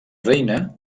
reina